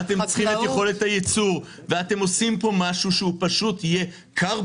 אתם צריכים את יכולת הייצור ואתם עושים פה משהו שהוא יהיה carbon